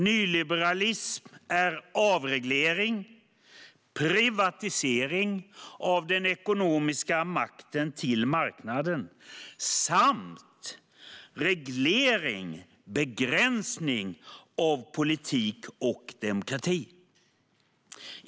Nyliberalism är avreglering, privatisering av den ekonomiska makten till marknaden samt reglering och begränsning av politik och demokrati.